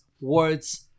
words